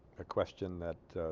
ah question that